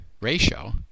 ratio